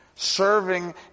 Serving